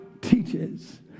teaches